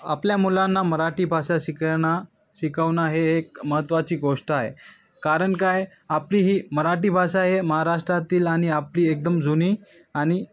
आपल्या मुलांना मराठी भाषा शिकणं शिकवणं हे एक महत्त्वाची गोष्ट आहे कारण काय आपली ही मराठी भाषा हे महाराष्ट्रातील आणि आपली एकदम जुनी आणि